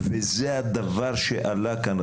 וזה הדבר שעלה כאן,